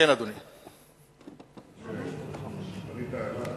כיוון שפנית אלי,